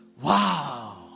Wow